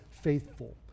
faithful